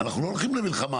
אתה יכול להגיש ולהתייחס.